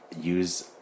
use